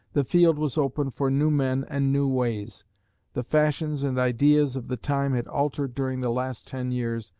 the field was open for new men and new ways the fashions and ideas of the time had altered during the last ten years,